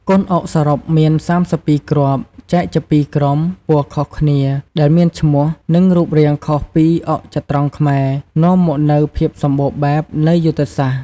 កូនអុកសរុបមាន ៣២ គ្រាប់ ចែកជាពីរក្រុម ពណ៌ខុសគ្នា ដែលមានឈ្មោះ និងរូបរាងខុសពីអុកចត្រង្គខ្មែរ នាំមកនូវភាពសម្បូរបែបនៃយុទ្ធសាស្ត្រ។